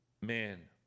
man